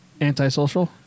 Antisocial